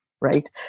right